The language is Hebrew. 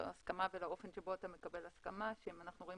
ולאופן שבו אתה מקבל הסכמה שאנחנו רואים